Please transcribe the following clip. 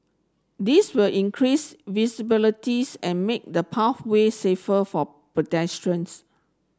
this will increase visibility and make the pathway safer for pedestrians